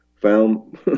found